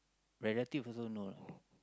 relative also no lah